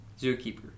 zookeeper